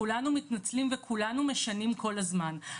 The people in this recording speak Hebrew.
כולנו מתנצלים וכולנו משנים כל הזמן,